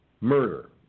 murder